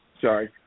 Sorry